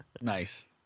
Nice